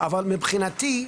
אבל מבחינתי,